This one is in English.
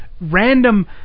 random